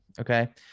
Okay